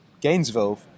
Gainesville